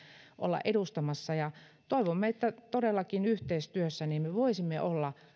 olla edustamassa toivomme että todellakin yhteistyössä me voisimme olla